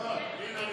אלה אותם